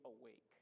awake